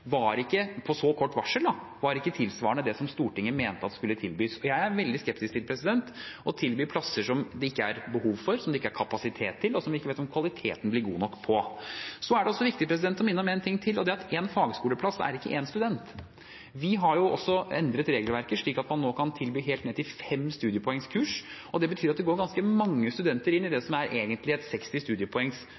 på så kort varsel, ikke var tilsvarende det Stortinget mente skulle tilbys. Jeg er veldig skeptisk til å tilby plasser som det ikke er behov for, som det ikke er kapasitet til, og der vi ikke vet om kvaliteten blir god nok. Det er også viktig å minne om en ting til, og det er at én fagskoleplass ikke er én student. Vi har også endret regelverket slik at man nå kan tilby helt ned til 5 studiepoengs kurs. Det betyr at det går ganske mange studenter inn i det som egentlig er et 60 studiepoengs